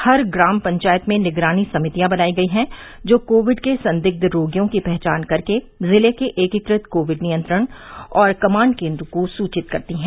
हर ग्राम पंचायत में निगरानी समितियां बनायी गयीं हैं जो कोविड के संदिग्ध रोगियों की पहचान कर के जिले के एकीकृत कोविड नियंत्रण और कमाण्ड केन्द्र को सूचित करतीं हैं